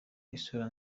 isura